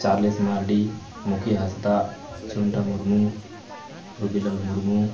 Charles Mardi ᱢᱩᱠᱷᱤᱭᱟᱹ ᱦᱟᱸᱥᱫᱟ ᱪᱩᱱᱰᱟ ᱢᱩᱨᱢᱩ ᱨᱚᱵᱤᱞᱟᱞ ᱢᱩᱨᱢᱩ